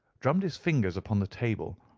drummed his fingers upon the table,